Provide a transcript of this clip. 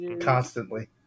Constantly